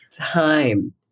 time